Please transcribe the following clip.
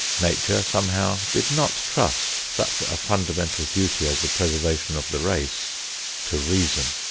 nature somehow did not trust such a fundamental duty as the preservation of the race to reason.